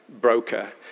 broker